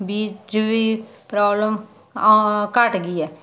ਬੀਜ ਵੀ ਪ੍ਰੋਬਲਮ ਘੱਟ ਗਈ ਐ